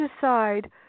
decide